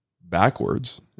backwards